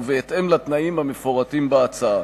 ובהתאם לתנאים המפורטים בהצעה.